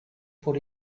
put